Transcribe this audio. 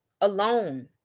alone